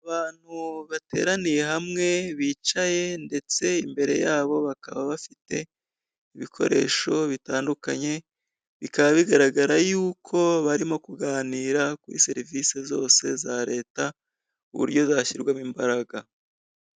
Abantu bateraniye hamwe bicaye ndetse imbere yabo bakaba bafite ibikoresho bitandukanye, bikaba bigaragara y'uko barimo kuganira kuri serivisi zose za leta Uburyo zashyirwamo imbaraga.